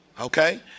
Okay